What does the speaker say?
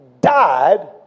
Died